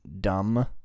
dumb